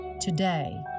Today